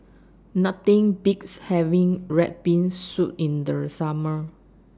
Nothing Beats having Red Bean Soup in The Summer